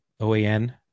OAN